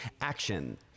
action